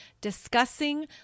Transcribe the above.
discussing